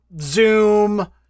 Zoom